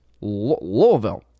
Louisville